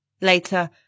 Later